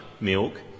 milk